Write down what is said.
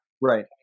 Right